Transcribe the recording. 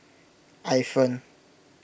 Ifan